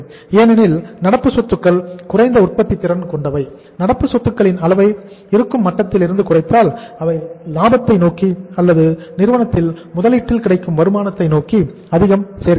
ஏனெனில் நடப்பு சொத்துக்கள் குறைந்த உற்பத்தித் திறன் கொண்டவை நடப்பு சத்துக்களின் அளவை இருக்கும் மட்டத்திலிருந்து குறைத்தால் அவை லாபத்தை நோக்கி அல்லது நிறுவனத்தில் முதலீட்டில் கிடைக்கும் வருமானத்தை நோக்கி அதிகம் சேர்க்கின்றன